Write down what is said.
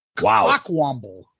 Wow